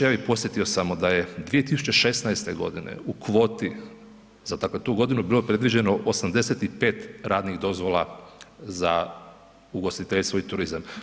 Ja bih podsjetio da je 2016. godine u kvoti za dakle tu godinu bilo predviđeno 85 radnih dozvola za ugostiteljstvo i turizam.